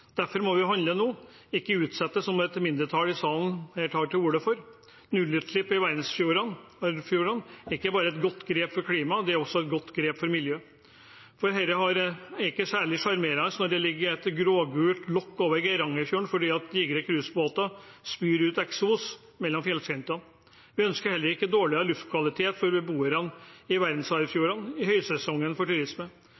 Derfor må vi handle nå, ikke utsette, som et mindretall i salen her tar til orde for. Nullutslipp i verdensarvfjordene er ikke bare et godt grep for klimaet, det er også et godt grep for miljøet, for det er ikke særlig sjarmerende når det ligger et grå-gult lokk over Geirangerfjorden fordi digre cruiseskip spyr ut eksos mellom fjellskrentene. Vi ønsker heller ikke dårligere luftkvalitet for beboerne ved verdensarvfjordene i